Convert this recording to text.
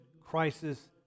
crisis